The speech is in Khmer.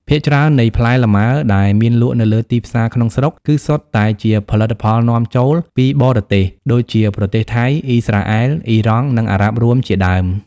ភាគច្រើននៃផ្លែលម៉ើដែលមានលក់នៅលើទីផ្សារក្នុងស្រុក គឺសុទ្ធតែជា ផលិតផលនាំចូល ពីបរទេស ដូចជាប្រទេសថៃ អុីស្រាអែល អុីរ៉ង់ និងអារ៉ាប់រួមជាដើម។